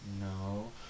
No